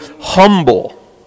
humble